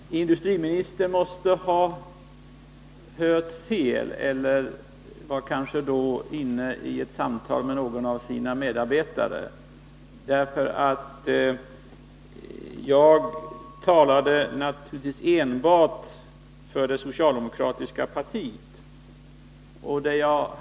Herr talman! Industriministern måste ha hört fel eller var kanske då i.:ne i ett samtal med någon av sina medarbetare, ty jag talade naturligtvis enbart för det socialdemokratiska partiet.